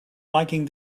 liking